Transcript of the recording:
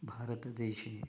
भारतदेशे